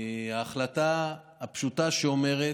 ההחלטה הפשוטה שאומרת: